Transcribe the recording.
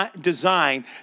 designed